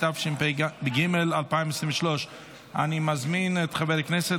התשפ"ג 2023. אני מזמין את חבר הכנסת